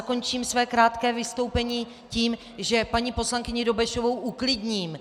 Zakončím své krátké vystoupení tím, že paní poslankyni Dobešovou uklidním.